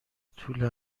طول